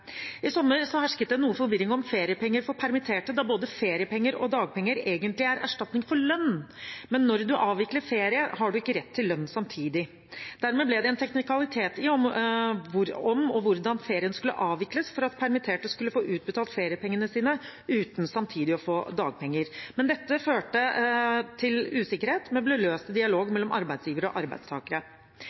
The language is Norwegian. I sommer hersket det noe forvirring om feriepenger for permitterte, da både feriepenger og dagpenger egentlig er erstatning for lønn. Når man avvikler ferie, har man ikke rett til lønn samtidig. Dermed ble det en teknikalitet med hensyn til om og hvordan ferien skulle avvikles for at permitterte skulle få utbetalt feriepengene sine, uten samtidig å få dagpenger. Dette førte til usikkerhet, men ble løst i dialog mellom arbeidsgivere og